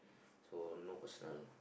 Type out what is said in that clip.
so no personal